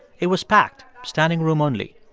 it was packed, standing-room only.